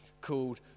called